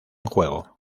juego